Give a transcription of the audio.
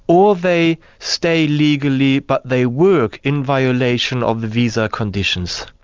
or they stay legally but they work in violation of the visa conditions.